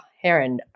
Heron